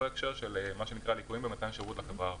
הקשר של ליקויים במתן שירות בחברה הערבית.